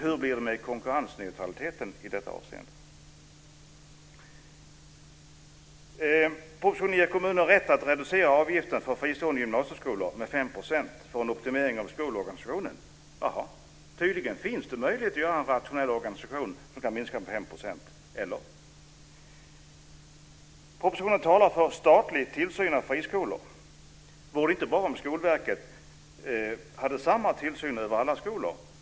Hur blir det med konkurrensneutraliteten i detta avseende? I propositionen föreslås att kommuner ska ges rätt att reducera avgiften för fristående gymnasieskolor med 5 % för en optimering av skolorganisationen. Tydligen finns det en möjlighet att göra en rationell organisation som kan minska med 5 %. Eller hur? Propositionen talar om statlig tillsyn av friskolor. Vore det inte bra om Skolverket hade samma tillsyn över alla skolor?